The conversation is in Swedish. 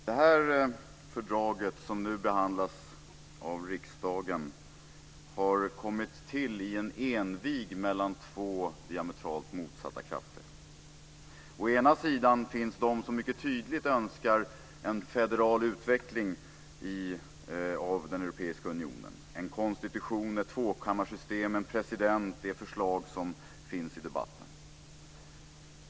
Fru talman! Det fördrag som nu behandlas av riksdagen har kommit till i en envig mellan två diametralt motsatta krafter. Å ena sidan finns de som mycket tydligt önskar en federal utveckling av den europeiska unionen. En konstitution med tvåkammarsystem och en president är förslag som finns i debatten.